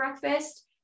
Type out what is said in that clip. breakfast